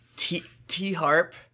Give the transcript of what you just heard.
T-Harp